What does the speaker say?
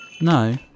No